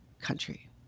country